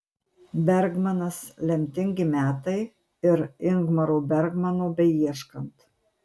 bergmanas lemtingi metai ir ingmaro bergmano beieškant